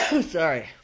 Sorry